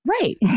Right